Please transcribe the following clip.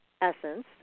essence